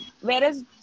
whereas